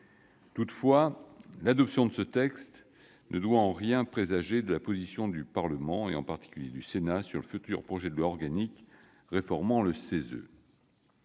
Toutefois, l'adoption de ce texte ne doit en rien présager de la position du Parlement, en particulier du Sénat, sur le projet de loi organique réformant le CESE.